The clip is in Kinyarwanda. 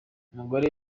umugore